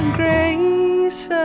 grace